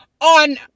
on